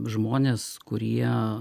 žmonės kurie